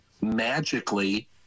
magically